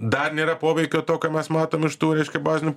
dar nėra poveikio to ką mes matom iš tų reiškia bazinių